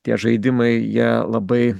tie žaidimai jie labai